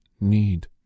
need